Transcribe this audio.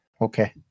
Okay